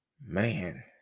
Man